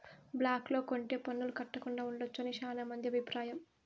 black లో కొంటె పన్నులు కట్టకుండా ఉండొచ్చు అని శ్యానా మంది అభిప్రాయం